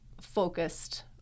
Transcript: focused